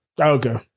Okay